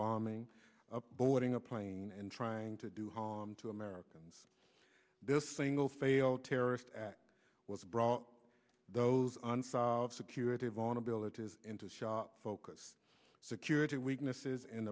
bombing of boarding a plane and trying to do harm to americans this single failed terrorist act was brought those unsolved security vulnerabilities into sharp focus security weaknesses in